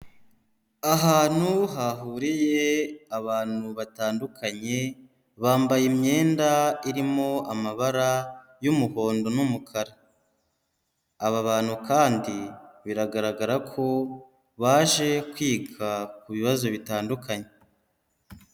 Ahantu hahuriye abantu batandukanye, bambaye imyenda irimo amabara y'umuhondo n'umukara, aba bantu kandi biragaragara ko baje kwiga ku bibazo bitandukanye.